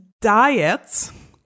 diets